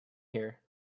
here